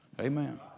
Amen